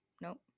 Nope